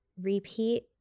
repeat